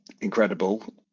incredible